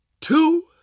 two